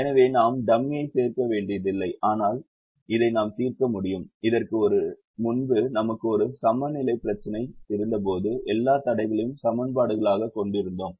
எனவே நாம் டம்மியைச் சேர்க்க வேண்டியதில்லை ஆனால் இதை நாம் தீர்க்க முடியும் இதற்கு முன்பு நமக்கு ஒரு சமநிலை பிரச்சினை இருந்தபோது எல்லா தடைகளையும் சமன்பாடுகளாகக் கொண்டிருந்தோம்